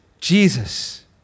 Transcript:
Jesus